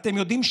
תראו,